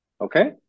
Okay